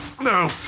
No